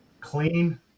clean